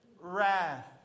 wrath